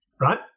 right